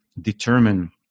determine